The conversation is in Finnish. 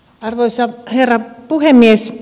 arvoisa herra puhemies